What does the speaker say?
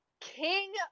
King